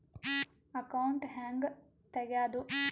Account ಹ್ಯಾಂಗ ತೆಗ್ಯಾದು?